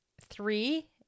three